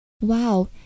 Wow